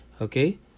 okay